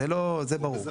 זה ברור.